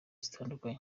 zitandukanye